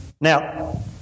Now